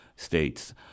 states